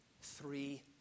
three